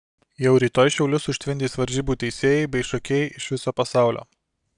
jau rytoj šiaulius užtvindys varžybų teisėjai bei šokėjai iš viso pasaulio